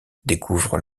découvre